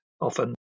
often